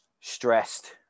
stressed